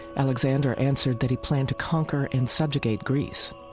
alexander answered that he planned to conquer and subjugate greece.